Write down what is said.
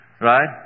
Right